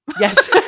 Yes